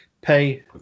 pay